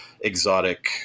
exotic